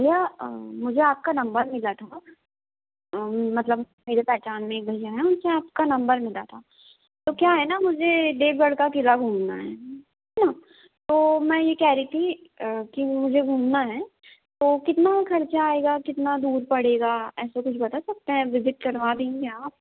भैया मुझे आपका नम्बर मिला था मतलब मेरे पहचान में एक भैया हैं उनके यहाँ आपका नम्बर मिला था तो क्या है न मुझे देवगढ़ का किला घूमना है है न तो मैं यह कह रही थी कि मुझे घूमना है तो कितना खर्चा आएगा कितना दूर पड़ेगा ऐसा कुछ बता सकते हैं विज़िट करवा देंगे आप